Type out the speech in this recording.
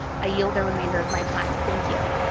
i yield the remainder of my time. thank you.